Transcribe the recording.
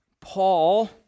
Paul